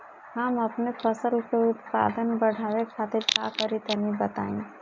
हम अपने फसल के उत्पादन बड़ावे खातिर का करी टनी बताई?